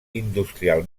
industrial